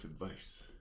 advice